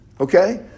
Okay